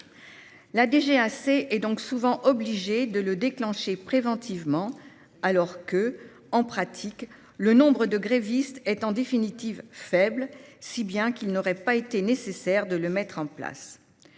La DGAC est donc souvent obligée de déclencher préventivement ce dispositif, et ce même quand le nombre de grévistes s'avère en définitive faible, si bien qu'il n'aurait pas été nécessaire de le mettre en place.